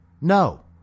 No